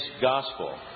gospel